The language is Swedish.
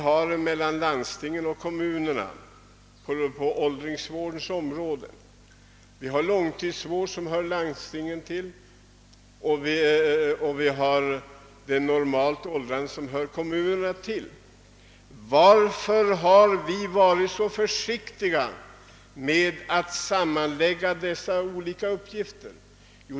Det gäller landstingens och kommunernas insatser på åldringsvårdens område — långtidsvården som hör landstingen till och vården av de normalt åldrande som hör kommunerna till. Varför har vi varit så försiktiga med att sammanlägga dessa olika uppgifter?